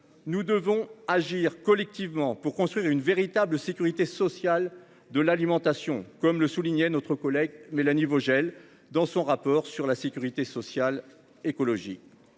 Nous devons agir collectivement pour construire une véritable sécurité sociale de l'alimentation, comme le soulignait notre collègue Mélanie Vogel dans son rapport sur la sécurité sociale, écologie.